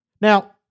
Now